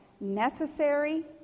necessary